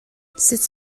sut